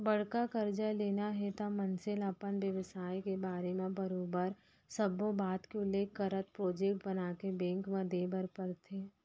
बड़का करजा लेना हे त मनसे ल अपन बेवसाय के बारे म बरोबर सब्बो बात के उल्लेख करत प्रोजेक्ट बनाके बेंक म देय बर परथे